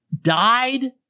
died